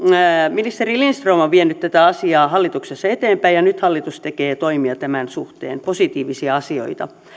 ministeri lindström on vienyt tätä asiaa hallituksessa eteenpäin ja nyt hallitus tekee toimia tämän suhteen positiivisia asioita